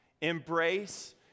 embrace